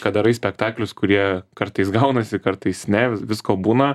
kad darai spektaklius kurie kartais gaunasi kartais ne visko būna